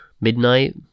midnight